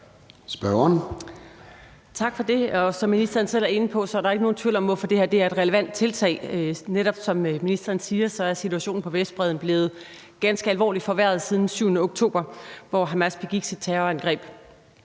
Tak for det. Som ministeren selv er inde på, er der ikke nogen tvivl om, hvorfor det her er et relevant tiltag. Som ministeren netop siger, er situationen på Vestbredden blevet ganske alvorligt forværret siden den 7. oktober, hvor Hamas begik sit terrorangreb.